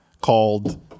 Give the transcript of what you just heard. called